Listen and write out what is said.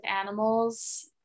animals